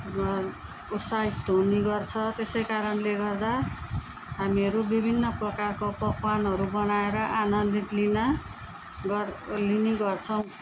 र उत्साहित हुनेगर्छ त्यसै कारणले गर्दा हामीहरू विभिन्न प्रकारको पकवानहरू बनाएर आनन्दित लिन गर लिनेगर्छौँ